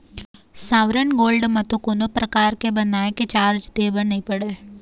sovereign gold म तो कोनो परकार के बनाए के चारज दे बर नइ पड़य